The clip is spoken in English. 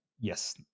Yes